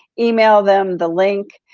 email them the link